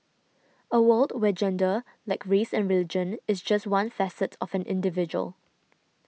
a world where gender like race and religion is just one facet of an individual